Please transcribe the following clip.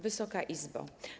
Wysoka Izbo!